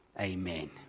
Amen